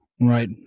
Right